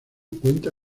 cuenta